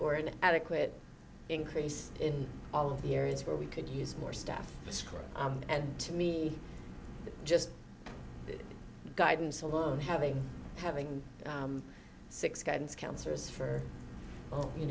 or an adequate increase in all of the areas where we could use more staff at school and to me just guidance alone having having six guidance counselors for all you